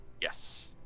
Yes